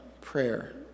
Prayer